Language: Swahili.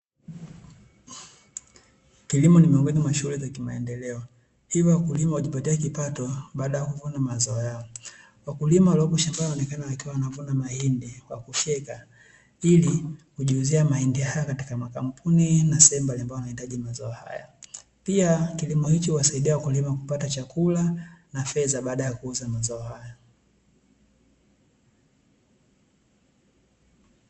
Kilimo ni miongoni mwa shughuli za kimaendeleo, hivyo wakulima hujipatia kipato baada ya kuvuna mazao yao. Wakulima walioko shambani wanaonekana wakiwa wanavuna mahindi kwa kufyeka, ili kujiuzia mahindi hayo katika makampuni na sehemu mbalimbali yanayohitaji mazao haya. Pia kilimo hichi huwasaidia wakulima kupata chakula na fedha baada ya kuuza mazao haya.